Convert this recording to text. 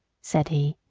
said he,